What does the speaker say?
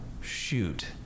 shoot